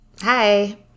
hi